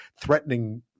threatening